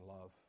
love